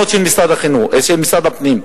ו-70% לפי החוק ולפי התקנות של משרד הפנים.